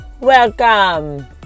Welcome